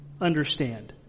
understand